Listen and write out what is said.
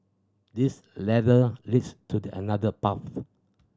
this ladder leads to the another path